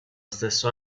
stesso